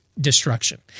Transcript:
destruction